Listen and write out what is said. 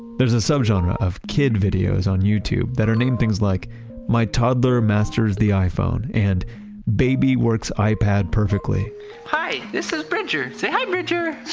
there's a sub-genre of kid videos on youtube that are named things like my toddler masters the iphone, and baby works ipad perfectly hi, this is bridger. say hi, bridger!